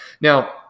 now